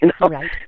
Right